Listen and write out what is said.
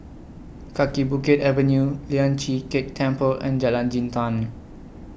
Kaki Bukit Avenue Lian Chee Kek Temple and Jalan Jintan